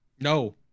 no